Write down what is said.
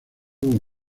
como